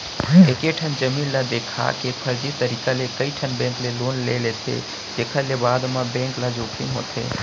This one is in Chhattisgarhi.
एकेठन जमीन ल देखा के फरजी तरीका ले कइठन बेंक ले लोन ले लेथे जेखर ले बाद म बेंक ल जोखिम होथे